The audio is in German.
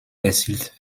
erzielt